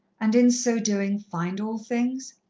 and in so doing, find all things?